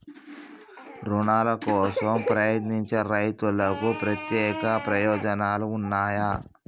రుణాల కోసం ప్రయత్నించే రైతులకు ప్రత్యేక ప్రయోజనాలు ఉన్నయా?